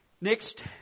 Next